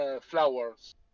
flowers